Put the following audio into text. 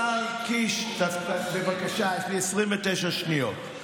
השר קיש, בבקשה, יש לי 29 שניות: